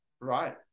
Right